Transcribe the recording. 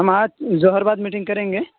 ہم آج ظہر بعد میٹنگ کریں گے